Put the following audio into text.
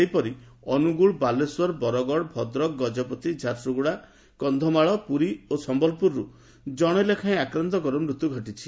ସେହିପରି ଅନୁଗୁଳ ବାଲେଶ୍ୱର ବରଗଡ ଭଦ୍ରକ ଗଜପତି ଝାରସୁଗୁଡା କନ୍ଧମାଳ ପୁରୀ ଓ ସମ୍ୟଲପୁରରୁ ଜଣେ ଲେଖାଏଁ ଆକ୍ରାନ୍ଡଙ୍କ ମୃତ୍ଧୁ ଘଟିଛି